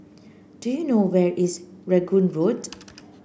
do you know where is Rangoon Road